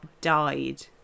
died